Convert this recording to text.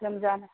लोमजानाय